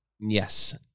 Yes